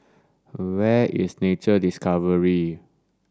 where is Nature Discovery